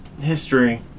history